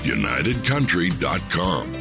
unitedcountry.com